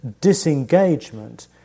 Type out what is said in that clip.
disengagement